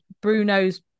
Bruno's